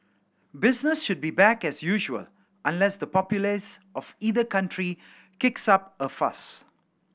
business should be back as usual unless the populace of either country kicks up a fuss